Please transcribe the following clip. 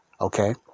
Okay